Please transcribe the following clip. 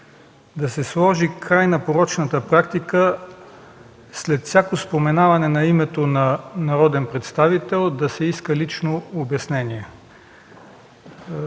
да се сложи край на порочната практика след всяко споменаване на името на народен представител да се иска лично обяснение.